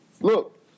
Look